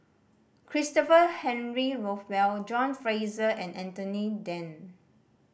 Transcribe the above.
Christopher Henry Rothwell John Fraser and Anthony Then